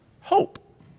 hope